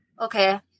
okay